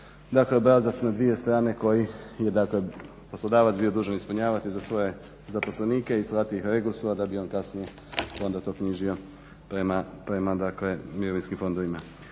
dakle obrazac na dvije strane koji je dakle poslodavac bio dužan ispunjavati za svoje zaposlenike i slati ih Regosu a da bi on kasnije onda to knjižio prema mirovinskim fondovima.